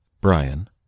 Brian